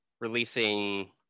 releasing